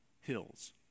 hills